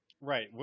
Right